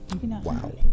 Wow